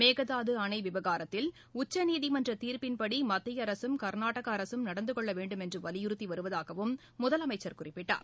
மேகதாது அணை விவகாரத்தில் உச்சநீதிமன்ற தீர்ப்பின்படி மத்திய அரசும் கர்நாடக அரசும் நடந்துகொள்ள வேண்டும் என்று வலியுறுத்தி வருவதாகவும் முதலமைச்சர் குறிப்பிட்டார்